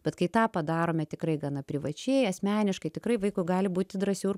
bet kai tą padarome tikrai gana privačiai asmeniškai tikrai vaikui gali būti drąsių ir